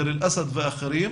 דיר אל-אסד ואחרים,